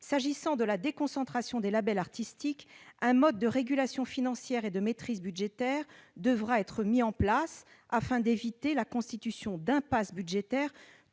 concerne « la déconcentration des labels artistiques, un mode de régulation financière et de maîtrise budgétaire devra être mis en place, afin d'éviter la constitution d'impasses budgétaires